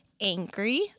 angry